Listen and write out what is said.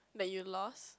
that you lost